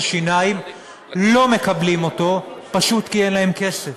שיניים לא מקבלים אותו פשוט כי אין להם כסף.